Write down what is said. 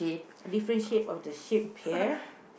different shape of the ship here